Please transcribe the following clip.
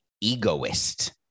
egoist